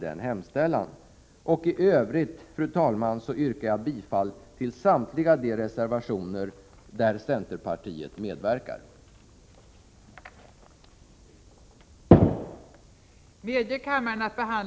förhindra nynazismens spridning i Sverige I övrigt, fru talman, yrkar jag bifall till samtliga de reservationer som centerpartiet ställt sig bakom.